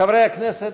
חברי הכנסת,